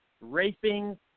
raping